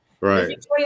Right